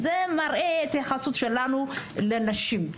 זה מראה התייחסות שלנו לנשים.